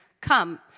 come